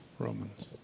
Romans